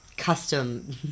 custom